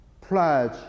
pledge